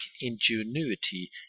ingenuity